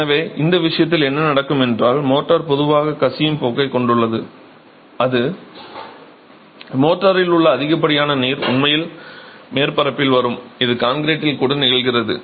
எனவே இந்த விஷயத்தில் என்ன நடக்கும் என்றால் மோர்ட்டார் பொதுவாக கசியும் போக்கைக் கொண்டுள்ளது அது மோர்டாரில் உள்ள அதிகப்படியான நீர் உண்மையில் மேற்பரப்பில் வரும் இது கான்கிரீட்டில் கூட நிகழ்கிறது